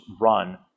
run